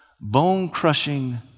bone-crushing